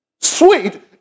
sweet